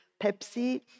Pepsi